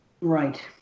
Right